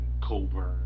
Coburn